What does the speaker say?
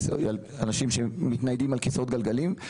אנשים שמתניידים על כסאות גלגלים,